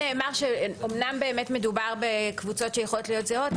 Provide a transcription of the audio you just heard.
נאמר שאומנם מדובר בקבוצות שיכולות להיות זהות,